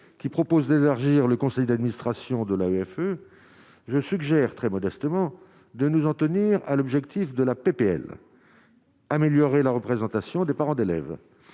qui propose d'élargir le conseil d'administration de l'AFE, je suggère très modestement de nous en tenir à l'objectif de la PPL améliorer la représentation des parents d'élèves,